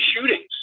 shootings